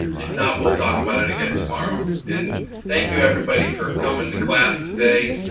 if not we'll talk about it again tomorrow. and thank you everybody for coming to class today.